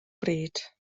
bryd